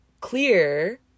clear